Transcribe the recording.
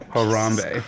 Harambe